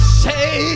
say